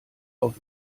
auf